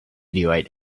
meteorite